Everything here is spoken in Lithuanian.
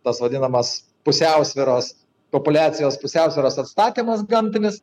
tas vadinamas pusiausviros populiacijos pusiausvyros atstatymas gamtinis